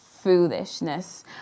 foolishness